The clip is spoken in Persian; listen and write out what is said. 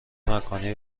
مکانی